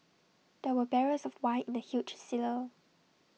there were barrels of wine in the huge cellar